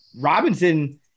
Robinson